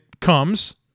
comes